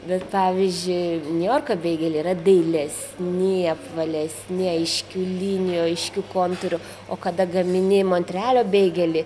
bet pavyzdžiui niujorko beigeliai yra dailesni apvalesni aiškių linijų aiškių kontūrų o kada gamini monrealio beigelį